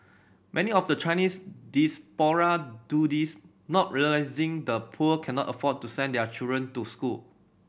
many of the Chinese diaspora do this not realising the poor cannot afford to send their children to school